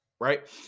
Right